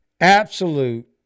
absolute